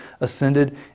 ascended